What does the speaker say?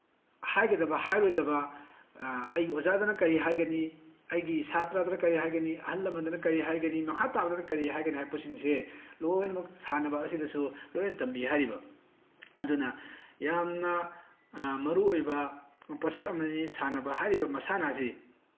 ꯍꯥꯏꯒꯗꯕ ꯍꯥꯏꯔꯣꯏꯗꯕ ꯑꯩꯒꯤ ꯑꯣꯖꯥꯗꯅ ꯀꯔꯤ ꯍꯥꯏꯒꯅꯤ ꯑꯩꯒꯤ ꯁꯥꯇ꯭ꯔꯗꯅ ꯀꯩ ꯍꯥꯏꯒꯅꯤ ꯑꯍꯜ ꯂꯃꯟꯗꯅ ꯀꯔꯤ ꯍꯥꯏꯒꯅꯤ ꯃꯈꯥ ꯇꯥꯕꯗꯅ ꯀꯔꯤ ꯍꯥꯏꯒꯅꯤ ꯍꯥꯏꯔꯛꯄꯁꯤꯡꯁꯦ ꯂꯣꯏꯅꯃꯛ ꯁꯥꯟꯅꯕ ꯑꯁꯤꯗꯁꯨ ꯂꯣꯏꯅ ꯇꯝꯕꯤ ꯍꯥꯏꯔꯤꯕ ꯑꯗꯨꯅ ꯌꯥꯝꯅ ꯃꯔꯨꯑꯣꯏꯕ ꯄꯣꯠꯁꯛ ꯑꯃꯅꯤ ꯁꯥꯟꯅꯕ ꯍꯥꯏꯔꯤꯕ ꯃꯁꯥꯟꯅ ꯑꯁꯤ